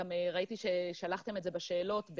ראיתי ששלחתם את זה בשאלות,